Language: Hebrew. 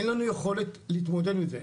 אין לנו יכולת להתמודד עם זה,